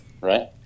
right